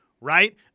right